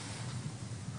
את זה